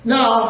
Now